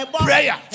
Prayer